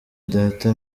data